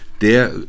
der